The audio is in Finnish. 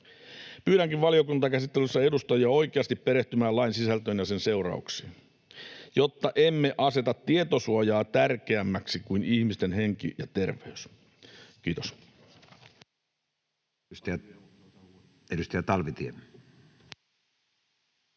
Pyydänkin valiokuntakäsittelyssä edustajia oikeasti perehtymään lain sisältöön ja sen seurauksiin, jotta emme aseta tietosuojaa tärkeämmäksi kuin ihmisten henkeä ja terveyttä. — Kiitos.